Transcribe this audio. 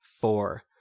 four